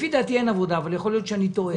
לפי דעתי אין עבודה, אבל יכול להיות שאני טועה.